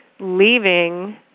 leaving